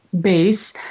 base